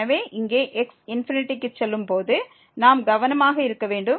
எனவே இங்கே x ∞ க்கு செல்லும் போது நாம் கவனமாக இருக்க வேண்டும்